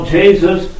Jesus